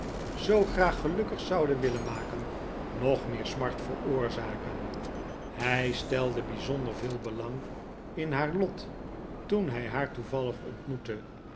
zoo graag gelukkig zouden willen maken nog me'er smart verporzaken hij stelde bijzonder veel belang in haar lot toen hij haar toevallig ontmoette